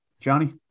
Johnny